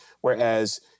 Whereas